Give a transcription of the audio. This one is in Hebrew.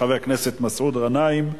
חבר הכנסת מסעוד גנאים.